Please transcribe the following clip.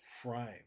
frame